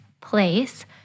place